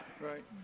Right